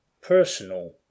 Personal